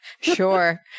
Sure